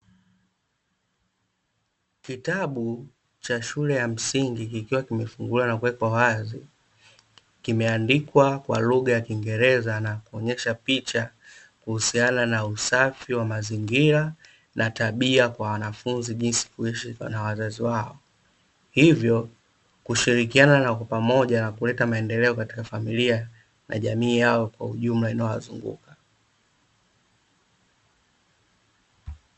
Kitabu cha shule ya msingi kikiwa kimefunguliwa na kuwekwa wazi kimeandikwa kwa lugha ya kiingereza na kuonyesha picha kuhusiana na usafi wa mazingira na tabia kwa wanafunzi jinsi kuishi na wazazi wao, hivyo kushirikiana kwa pamoja na kuleta maendeleo katika familia na jamii yao kwa ujumla inayowazunguka.